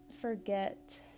forget